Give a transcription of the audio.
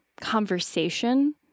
conversation